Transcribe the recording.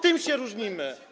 Tym się różnimy.